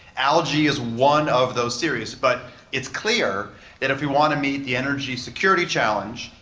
algae is one of those series, but it's clear that if we want to meet the energy security challenge,